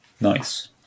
nice